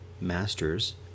masters